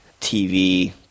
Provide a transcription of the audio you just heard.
TV